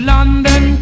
London